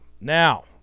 Now